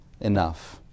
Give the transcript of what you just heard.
enough